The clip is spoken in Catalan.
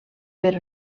però